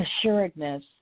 assuredness